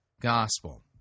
gospel